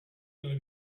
gonna